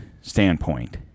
standpoint